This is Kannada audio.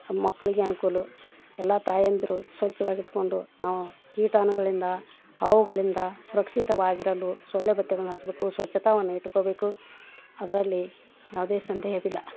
ಮಕ್ಕಳಿಗೆ ಅನ್ಕೂಲ ಎಲ್ಲ ತಾಯಂದಿರು ಸ್ವಚ್ಛವಾಗಿ ಇಟ್ಕೊಂಡು ನಾವು ಕೀಟಾಣುಗಳಿಂದ ಹಾವುಗಳಿಂದ ಸುರಕ್ಷಿತವಾಗಿರಲು ಸೊಳ್ಳೆಬತ್ತಿಗಳನ್ನು ಹಚ್ಚಬೇಕು ಸ್ವಚ್ಛತಾವನ್ನ ಇಟ್ಕೋಬೇಕು ಅದರಲ್ಲಿ ಯಾವುದೇ ಸಂದೇಹವಿಲ್ಲ